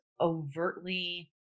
overtly